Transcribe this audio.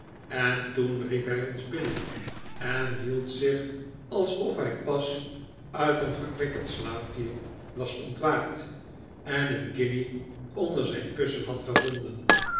en toen riep hij ons binnen en hield zich alsof hij pas uit een verkwikkend slaapje was ontwaakt en een guinje onder zijn kussen had gevonden